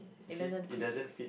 it doesn't fit you